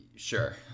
Sure